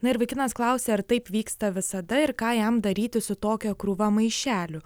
na ir vaikinas klausė ar taip vyksta visada ir ką jam daryti su tokia krūva maišelių